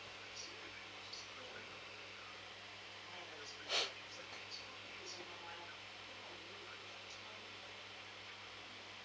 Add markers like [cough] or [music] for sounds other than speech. [breath]